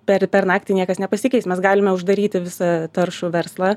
per per naktį niekas nepasikeis mes galime uždaryti visą taršų verslą